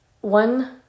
One